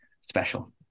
special